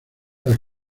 las